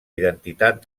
identitat